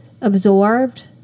absorbed